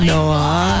Noah